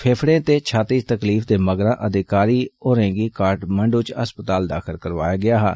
फेफड़ें ते छाती च तकलीफ दे मगरा अधिकारी होरें'गी काठमांडु च अस्पताल दाखल करोआया गेआ हा